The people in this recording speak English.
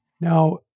Now